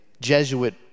Jesuit